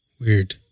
Weird